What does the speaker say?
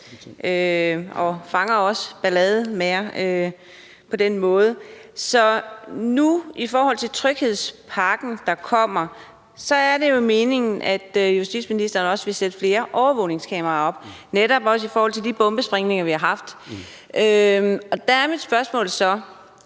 de fanger også ballademagere på den måde. I forhold til den tryghedspakke, der kommer, er det meningen, at justitsministeren også vil sætte flere overvågningskameraer op – også i forbindelse med de bombesprængninger, vi har haft. Vil de overvågningskameraer,